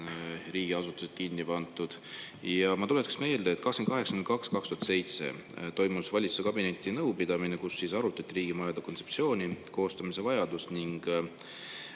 riigiasutused kinni pandud. Ja ma tuletaksin meelde, et 28.02.2007 toimus valitsuse kabinetinõupidamine, kus arutati riigimajade kontseptsiooni koostamise vajadust ning